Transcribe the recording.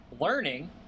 Learning